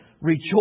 rejoice